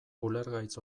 ulergaitz